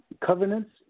covenants